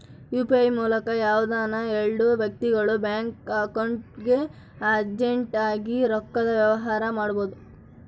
UPI ಮೂಲಕ ಯಾವ್ದನ ಎಲ್ಡು ವ್ಯಕ್ತಿಗುಳು ಬ್ಯಾಂಕ್ ಅಕೌಂಟ್ಗೆ ಅರ್ಜೆಂಟ್ ಆಗಿ ರೊಕ್ಕದ ವ್ಯವಹಾರ ಮಾಡ್ಬೋದು